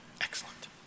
Excellent